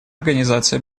организации